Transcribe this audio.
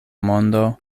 mondo